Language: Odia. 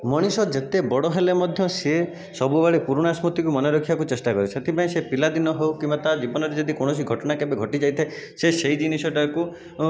ମଣିଷ ଯେତେ ବଡ଼ ହେଲେ ମଧ୍ୟ ସେ ସବୁବେଳେ ପୁରୁଣା ସ୍ମୃତିକୁ ମନେ ରଖିବାକୁ ଚେଷ୍ଟାକରେ ସେଥିପାଇଁ ସେ ପିଲାଦିନ ହେଉ କିମ୍ବା ତା ଜୀବନରେ ଯଦି କୌଣସି ଘଟଣା କେବେ ଘଟି ଯାଇଥାଏ ସେ ସେହି ଜିନିଷଟାକୁ